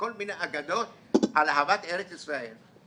כל מיני אגדות על אהבת ארץ ישראל.